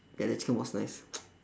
yeah that chicken was nice